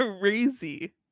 crazy